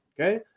Okay